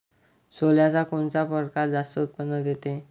सोल्याचा कोनता परकार जास्त उत्पन्न देते?